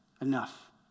enough